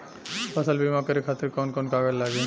फसल बीमा करे खातिर कवन कवन कागज लागी?